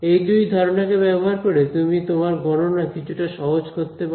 এই দুই ধারণাকে ব্যবহার করে তুমি তোমার গণনা কিছুটা সহজ করতে পারো